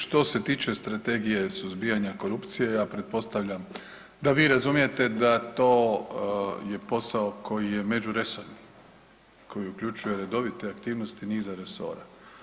Što se tiče strategije suzbijanja korupcije, ja pretpostavljam da vi razumijete da to je posao koji je međuresorni, koji uključuje redovite aktivnosti niza resora.